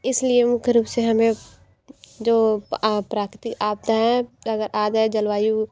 इसलिए मुख्य रूप से हमें जो प्राकृतिक आपदा हैं अगर आ गए जलवायु